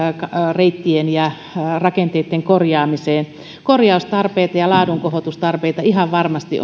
reittien ja rakenteitten korjaamiseen korjaustarpeita ja laadunkohotustarpeita ihan varmasti